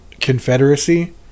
Confederacy